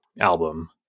album